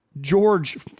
George